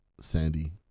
sandy